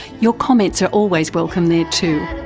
your comments are always welcome there too.